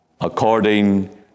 according